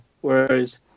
whereas